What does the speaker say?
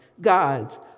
gods